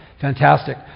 Fantastic